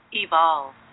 Evolve